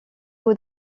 aux